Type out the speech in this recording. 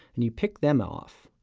and you pick them off,